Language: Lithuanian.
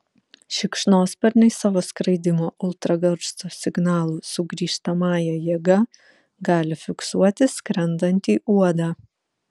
šikšnosparniai savo skraidymo ultragarso signalų sugrįžtamąja jėga gali fiksuoti skrendantį uodą